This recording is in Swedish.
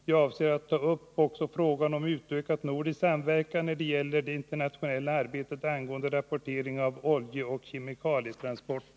Jag avser att ta upp också frågan om en utökad nordisk samverkan när det gäller det internationella arbetet angående rapportering av oljeoch kemikalietransporter.